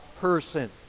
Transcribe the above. person